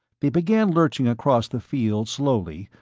they began lurching across the field, slowly,